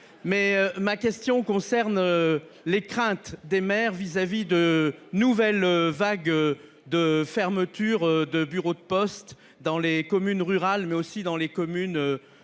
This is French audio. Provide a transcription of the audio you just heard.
Ma question porte sur les craintes des maires concernant de nouvelles vagues de fermetures de bureaux de poste dans les communes rurales, mais aussi dans les communes